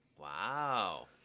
Wow